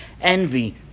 envy